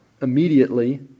immediately